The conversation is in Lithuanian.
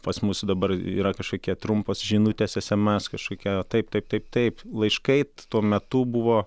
pas mus dabar yra kažkokia trumpos žinutės esemes kažkokie taip taip taip taip laiškai tuo metu buvo